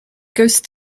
ghost